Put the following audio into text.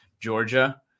Georgia